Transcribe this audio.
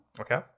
Okay